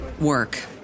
work